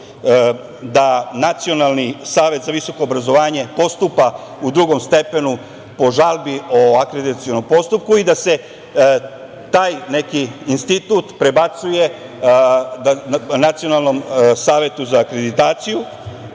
da Nacionalni savet za visoko obrazovanje postupa u drugom stepenu po žalbi o akreditacionom postupku i da se taj neki institut prebacuje Nacionalnom savetu za akreditaciju.